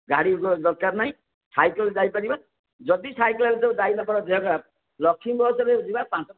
ଗାଡ଼ି ଦରକାର ନାହିଁ ସାଇକେଲ୍ ଯାଇପାରିବା ଯଦି ସାଇକେଲ୍ରେ ଯାଇ ନପାର ଦେହ ଖରାପ ଲକ୍ଷ୍ମୀ ବସ୍ରେ ଯିବା ପାଞ୍ଚଟଙ୍କା